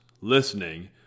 listening